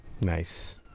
Nice